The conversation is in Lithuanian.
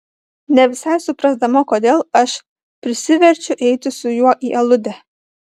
ne visai suprasdama kodėl aš prisiverčiu eiti su juo į aludę